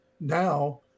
Now